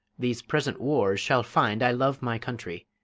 these present wars shall find i love my country,